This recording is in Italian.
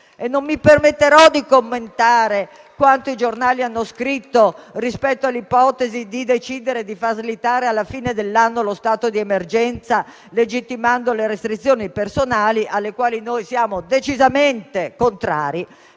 Non mi permetterò di commentare quanto i giornali hanno scritto rispetto all'ipotesi di decidere di far slittare alla fine dell'anno lo stato di emergenza, legittimando restrizioni personali alle quali noi siamo decisamente contrari.